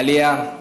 עלייה,